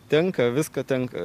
tenka viską tenka